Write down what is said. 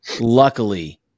luckily